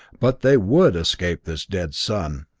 but they would escape this dead sun.